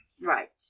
Right